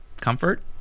Comfort